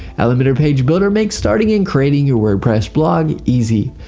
elementor page builder makes starting and creating your wordpress blog easy.